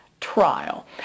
trial